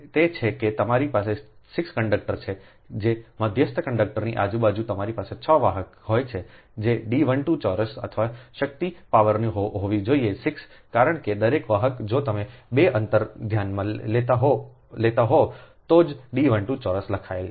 તેથી તે જ છે કે તમારી પાસે 6 કંડકટરો છે કે જે મધ્યસ્થ કંડક્ટરની આજુબાજુ તમારી પાસે 6 વાહક હોય છે તેથી જ D 12 ચોરસ અથવા શક્તિ પાવરની હોવી જોઈએ 6 કારણ કે દરેક વાહક જો તમે 2 અંતર ધ્યાનમાં લેતા હોવ તો જ D 12 ચોરસ લખાયેલ છે